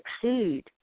succeed